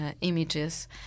images